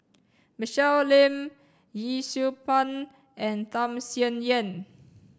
Michelle Lim Yee Siew Pun and Tham Sien Yen